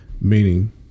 meaning